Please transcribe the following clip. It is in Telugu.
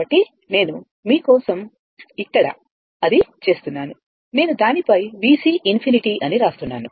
కాబట్టి నేను మీ కోసం ఇక్కడ అది చేస్తున్నాను నేను దానిపై VC ∞ అని వ్రాస్తున్నాను